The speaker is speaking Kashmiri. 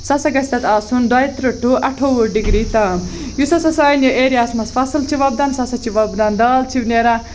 سُہ ہسا گژھِ تَتھ آسُن دۄیہِ تٕرٛہ ٹوٚ اَٹھوُہ ڈِگری تام یُس ہاسا سانہِ ایریا ہَس منٛز فَصٕل چھُ وۄپدان سُہ ہسا چھُ وۄپدان دال چھِ نیران